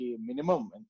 minimum